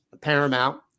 Paramount